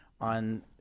on